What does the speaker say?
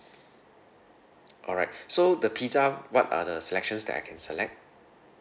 alright so the pizza what are the selections that I can select